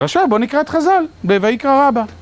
עכשיו בוא נקרא את חז"ל, בויקרא רבא